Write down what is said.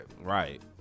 right